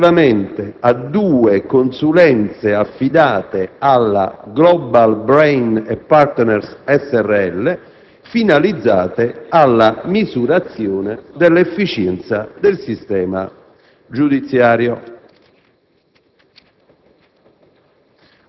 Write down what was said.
d'ufficio), relativamente a due consulenze affidate alla *Global Brain & Partners* S.r.l., finalizzate alla misurazione dell'efficienza del sistema giudiziario.